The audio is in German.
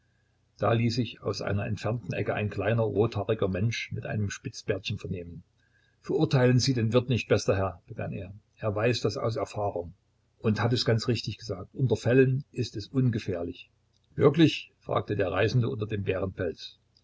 statt ließ sich aus einer entfernten ecke ein kleiner rothaariger mensch mit einem spitzbärtchen vernehmen verurteilen sie den wirt nicht bester herr begann er er weiß das aus erfahrung und hat es ganz richtig gesagt unter fellen ist es ungefährlich wirklich entgegnete fragend der reisende unter dem bärenpelz